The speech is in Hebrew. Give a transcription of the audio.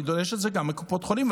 אני דורש את זה גם מקופות החולים,